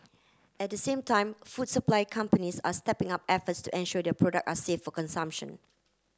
at the same time food supply companies are stepping up efforts to ensure their product are safe for consumption